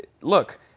look